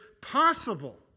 possible